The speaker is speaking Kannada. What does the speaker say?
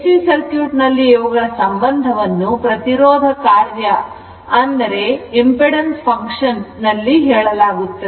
ಎಸಿ ಸರ್ಕ್ಯೂಟ್ ನಲ್ಲಿ ಇವುಗಳ ಸಂಬಂಧವನ್ನುಪ್ರತಿರೋಧ ಕಾರ್ಯ ದಲ್ಲಿ ಹೇಳಲಾಗುತ್ತದೆ